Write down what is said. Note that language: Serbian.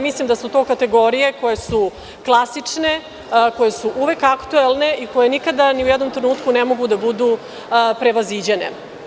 Mislim da su to kategorije koje su klasične, koje su uvek aktuelne i koje nikada i ni u jednom trenutku ne mogu da budu prevaziđene.